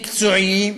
מקצועיים,